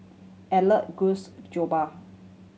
Elliott Guss